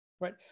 Right